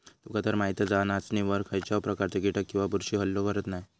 तुकातर माहीतच हा, नाचणीवर खायच्याव प्रकारचे कीटक किंवा बुरशी हल्लो करत नाय